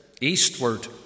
eastward